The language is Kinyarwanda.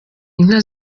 inka